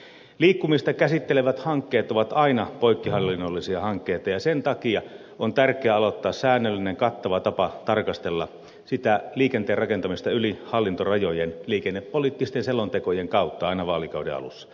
liikkumista käsittelevät hankkeet ovat aina poikkihallinnollisia hankkeita ja sen takia on tärkeää aloittaa säännöllinen kattava tapa tarkastella sitä liikenteen rakentamista yli hallintorajojen liikennepoliittisten selontekojen kautta aina vaalikauden alussa